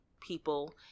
people